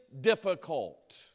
difficult